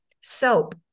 soap